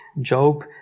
Job